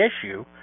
issue